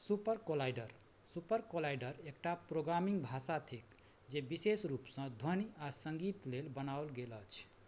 super collider super collider एकटा programming भाषा थिक जे विशेष रूपसँ ध्वनि आओर सङ्गीत लेल बनाओल गेल अछि